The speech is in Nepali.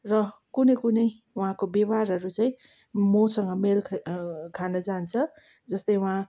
र कुनै कुनै उहाँको व्यवहारहरू चाहिँ मसँग मेल खान जान्छ जस्तै उहाँ